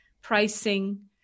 pricing